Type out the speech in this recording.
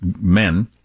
men